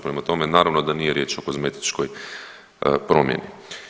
Prema tome, naravno da nije riječ o kozmetičkoj promjeni.